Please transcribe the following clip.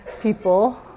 people